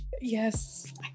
Yes